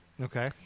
Okay